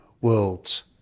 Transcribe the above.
worlds